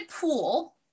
pool